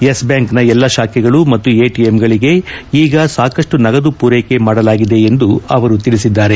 Yes ಬ್ಯಾಂಕಿನ ಎಲ್ಲ ಶಾಖೆಗಳು ಮತ್ತು ಎಟಿಎಂಗಳಿಗೆ ಈಗ ಸಾಕಷ್ಟು ನಗದು ಪೂರೈಕೆ ಮಾಡಲಾಗಿದೆ ಎಂದು ಅವರು ತಿಳಿಸಿದ್ದಾರೆ